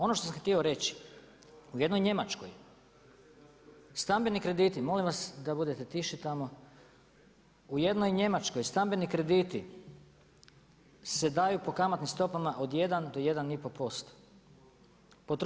Ono što sam htio reći u jednoj Njemačkoj stambeni krediti molim vas da budete tiši tamo, u jednoj Njemačkoj stambeni krediti se daju po kamatnim stopama od 1 do 1 i pol posto.